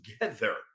together